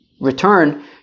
return